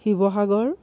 Sivasagar